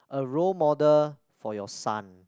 a role model for your son